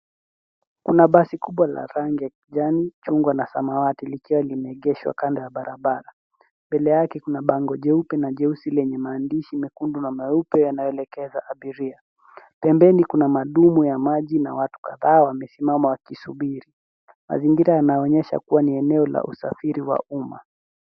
Kuna basi kubwa la rangi ya kijani, chungwa na samawati, likiwa limeegeshwa kando ya barabara. Mbele yake kuna bango jeupe na jeusi lenye maandishi mekundu na meupe yanayoekeza abiria. Pembeni Kuna madumu ya maji na watu kadhaa wamesimama wakisubiri. Mazingira yanaonyesha kuwa ni eneo la usafiriwa umma.